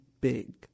big